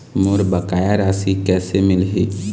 मोर बकाया राशि कैसे मिलही?